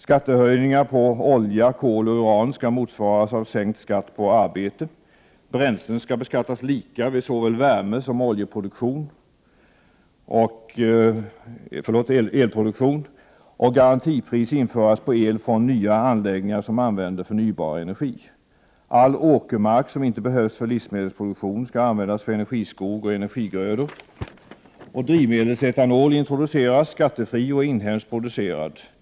Skattehöjningar på olja, kol och uran skall motsvaras av sänkta skatter på arbete. Bränslen skall beskattas lika vid såväl värmesom elproduktion. Garantipris skall införas på el från nya anläggningar som använder förnybar energi. All åkermark som inte behövs för livsmedelsproduktion skall användas för energiskog och energigrödor. Drivmedelsetanol skall introduceras, skattefri och inhemskproducerad.